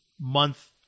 month